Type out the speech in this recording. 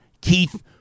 Keith